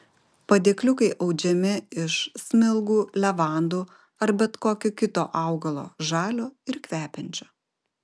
padėkliukai audžiami iš smilgų levandų ar bet kokio kito augalo žalio ir kvepiančio